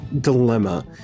dilemma